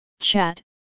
chat